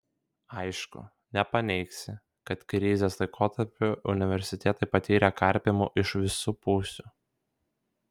aišku nepaneigsi kad krizės laikotarpiu universitetai patyrė karpymų iš visų pusių